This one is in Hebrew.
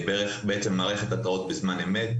מערכת התרעות בזמן אמת.